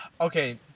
okay